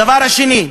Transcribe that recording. הדבר השני: